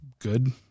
good